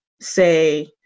say